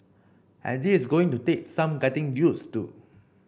and this is going to take some getting use to